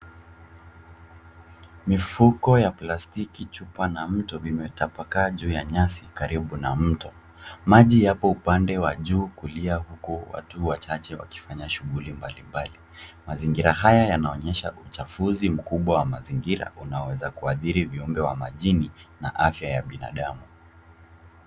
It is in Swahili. Mifuko ya plastiki, chupa na mto vimetapakaa juu ya nyasi karibu na mto. Maji yapo upande wa juu kulia huku watu wachache wakifanya shuguli mbalimbali. Mazingira haya yanonyesha uchafuzi mkubwa wa mazingira uaoweza kuadhiri viumbe wa majini na afya ya binadamu.